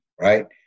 right